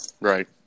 right